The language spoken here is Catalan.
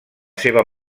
seva